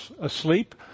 asleep